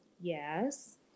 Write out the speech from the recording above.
yes